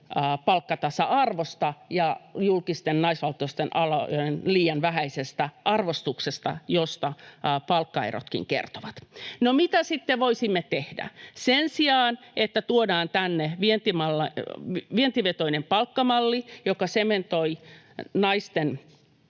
palkkatasa-arvosta ja julkisten naisvaltaisten alojen liian vähäisestä arvostuksesta, josta palkkaerotkin kertovat. No, mitä sitten voisimme tehdä? Sen sijaan, että tuodaan tänne vientivetoinen palkkamalli, joka sementoi naiset